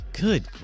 Good